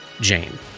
Jane